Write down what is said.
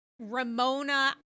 Ramona